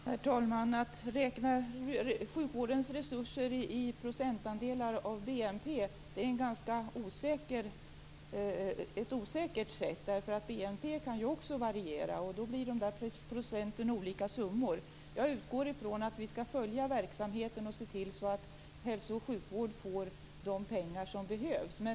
Herr talman! Att räkna sjukvårdens resurser i procentandelar av BNP är ganska osäkert, eftersom också BNP kan variera, och då motsvarar ju procenten olika summor. Jag utgår från att vi skall följa verksamheten och se till så att hälso och sjukvården får de pengar som behövs.